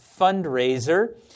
fundraiser